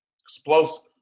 Explosive